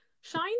Shine